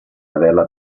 averla